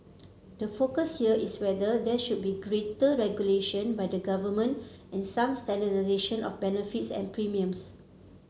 the focus here is whether there should be greater regulation by the government and some standardisation of benefits and premiums